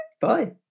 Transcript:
Bye